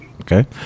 Okay